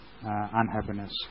unhappiness